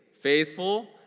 faithful